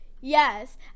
Yes